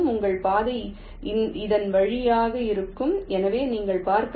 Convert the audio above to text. உங்கள் பாதை இதன் வழியாக இருக்கும் எனவே நீங்கள் பார்க்கலாம்